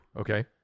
Okay